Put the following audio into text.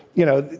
you know,